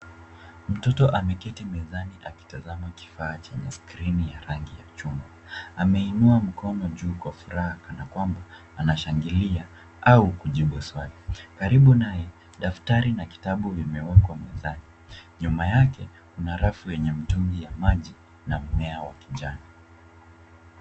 Mtoto ameketi mezani akitazama kifaa chenye skrini ya rangi ya chungwa. Ameinua mkono juu kwa furaha kana kwamba anashangilia au kujibu swali. Karibu naye daftari na kitabu vimewekwa mezani. Nyuma yake kuna rafu yenye mtungi ya maji na mmea wa kijani.